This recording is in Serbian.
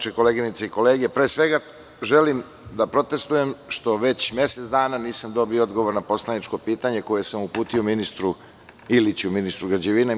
Koleginice i kolege, pre svega želim da protestujem što već mesec dana nisam dobio odgovor na poslaničko pitanje koje sam uputio ministru građevinu, ministru Iliću.